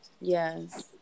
yes